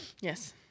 Yes